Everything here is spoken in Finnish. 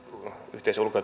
yhteisen ulko ja